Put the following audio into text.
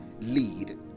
lead